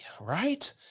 right